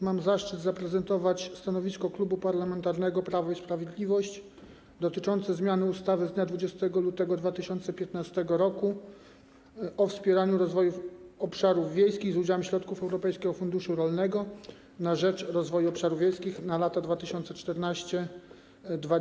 Mam zaszczyt zaprezentować stanowisko Klubu Parlamentarnego Prawo i Sprawiedliwość dotyczące zmiany ustawy z dnia 20 lutego 2015 r. o wspieraniu rozwoju obszarów wiejskich z udziałem środków Europejskiego Funduszu Rolnego na rzecz Rozwoju Obszarów Wiejskich na lata 2014–2020.